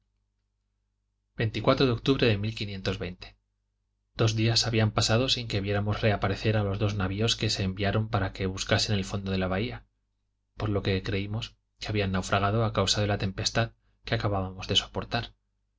de octubre de dos días habían pasado sin que viéramos reaparecer a los dos navios que se enviaron para que buscasen el fondo de la bahía por lo que creímos que habían naufragado a causa de la tempestad que acabábamos de soportar